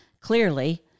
clearly